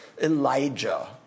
Elijah